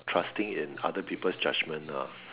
trusting in other people judgement ah